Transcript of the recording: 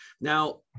Now